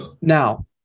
Now